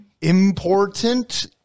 important